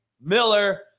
Miller